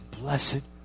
blessed